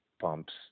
pumps